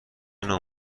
نوع